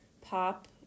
pop